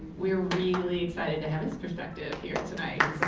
we're really excited to have his perspective here tonight.